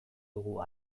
dugu